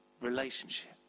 Relationship